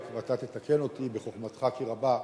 ואתה תתקן אותי בחוכמתך כי רבה,